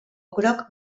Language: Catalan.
groc